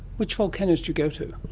which volcanoes do you go to?